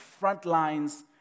Frontlines